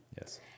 Yes